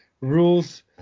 Rules